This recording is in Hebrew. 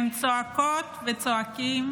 הן צועקות וצועקים: